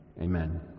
Amen